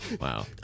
wow